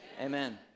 amen